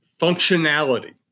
functionality